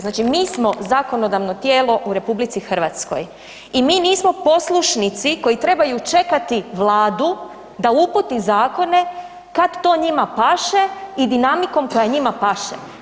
Znači, mi smo zakonodavno tijelo u RH i mi ni smo poslušnici koji trebaju čekati Vladu da uputi zakone kad to njima paše i dinamikom koja njima paše.